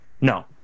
No